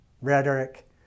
rhetoric